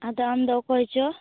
ᱟᱫᱚ ᱟᱢᱫᱚ ᱚᱠᱚᱭᱪᱚ